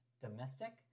domestic